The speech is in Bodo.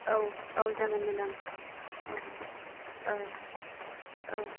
औ औ जागोन मेडाम औ औ औ